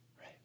right